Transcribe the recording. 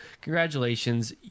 congratulations